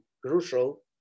crucial